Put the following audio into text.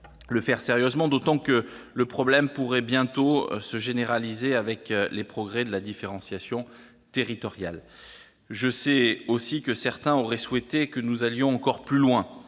réfléchir sérieusement, d'autant que le problème pourrait bientôt se généraliser avec les progrès de la différenciation territoriale. Je sais aussi que certains auraient souhaité que nous allions encore plus loin